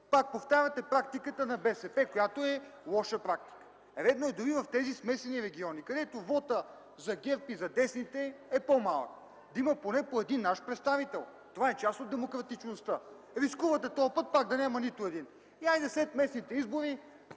пак повтаряте практиката на БСП, която е лоша практика. Редно е да има в тези смесени региони, където вота за ГЕРБ и за десните е по-малък, да има поне по един наш представител. Това е част от демократичността. Рискувате този път пак да няма нито един. И, хайде, след местните избори,